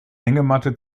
hängematte